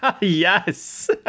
Yes